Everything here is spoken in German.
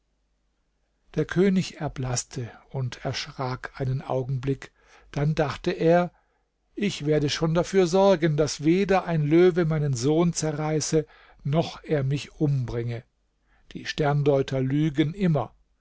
der könig erblaßte und erschrak einen augenblick dann dachte er ich werde schon dafür sorgen daß weder ein löwe meinen sohn zerreiße noch er mich umbringe die sterndeuter lügen immer